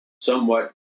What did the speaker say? somewhat